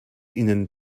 ihnen